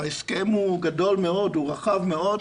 ההסכם הוא גדול ורחב מאוד.